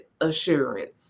assurance